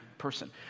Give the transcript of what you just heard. person